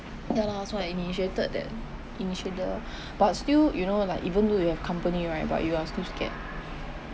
ya lah so I initiated that initiate the but still you know like even though you have company right but you are still scared